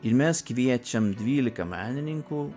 ir mes kviečiam dvylika menininkų